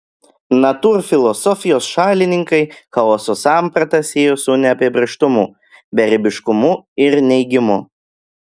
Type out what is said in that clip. natūrfilosofijos šalininkai chaoso sampratą siejo su neapibrėžtumu beribiškumu ir neigimu